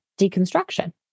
deconstruction